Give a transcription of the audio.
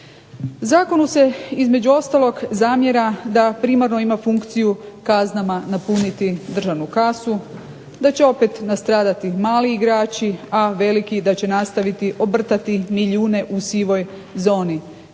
Zakonu se, između ostalog, zamjera da primarno ima funkciju kaznama napuniti državnu kasu, da će opet nastradati mali igrači, a veliki da će nastaviti obrtati milijune u sivoj zoni